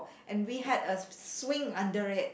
and we had a swing under it